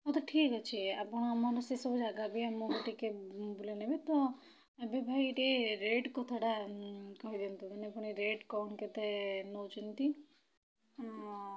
ହଉ ତ ଠିକ୍ ଅଛି ଆପଣ ଆମମାନଙ୍କୁ ସେ ସବୁ ଜାଗା ବି ଆମକୁ ଟିକେ ବୁଲେଇ ନେବେ ତ ଏବେ ଭାଇ ଟିକେ ରେଟ୍ କଥାଟା କହିଦିଅନ୍ତୁ ମାନେ ପୁଣି ରେଟ୍ କଣ କେତେ ନେଉଛନ୍ତି ଆଁ